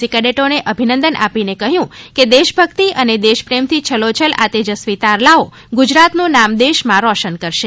C કેડેટોને અભિનંદન આપીને કહ્યું કે દેશભકિત અને દેશપ્રેમથી છલોછલ આ તેજસ્વી તારલાઓ ગુજરાતનું નામ દેશમાં રોશન કરશે